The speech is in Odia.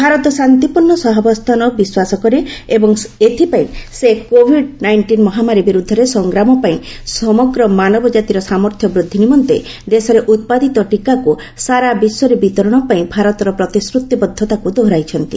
ଭାରତ ଶାନ୍ତିପୂର୍ଷ୍ଣ ସହବାସ୍ଥାନରେ ବିଶ୍ୱାସ କରେ ଏବଂ ଏଥିପାଇଁ ସେ କୋଭିଡ ନାଇଷ୍ଟିନ ମହାମାରୀ ବିରୁଦ୍ଧରେ ସଂଗ୍ରାମ ପାଇଁ ସମଗ୍ର ମାନବ ଜାତିର ସାମର୍ଥ୍ୟ ବୃଦ୍ଧି ନିମନ୍ତେ ଦେଶରେ ଉତ୍ପାଦିତ ଟିକାକୁ ସାରା ବିଶ୍ୱରେ ବିତରଣ ପାଇଁ ଭାରତର ପ୍ରତିଶ୍ରତିବଦ୍ଧତାକୁ ଦୋହରାଇଛନ୍ତି